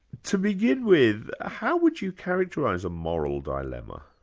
to begin with, how would you characterise a moral dilemma?